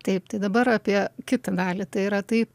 taip tai dabar apie kitą dalį tai yra tai